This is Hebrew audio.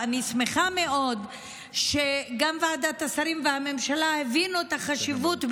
ואני שמחה מאוד שגם ועדת השרים והממשלה הבינו את החשיבות,